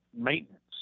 maintenance